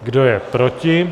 Kdo je proti?